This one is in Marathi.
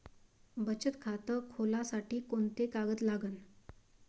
बचत खात खोलासाठी कोंते कागद लागन?